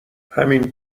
همین